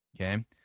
Okay